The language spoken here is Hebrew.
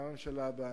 גם בממשלה הבאה.